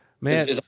man